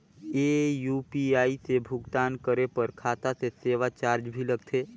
ये यू.पी.आई से भुगतान करे पर खाता से सेवा चार्ज भी लगथे?